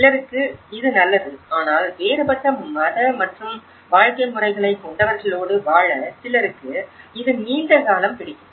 சிலருக்கு இது நல்லது ஆனால் வேறுபட்ட மத மற்றும் வாழ்க்கை முறைகளைக் கொண்டவர்களோடு வாழ சிலருக்கு இது நீண்ட காலம் பிடிக்கும்